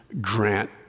grant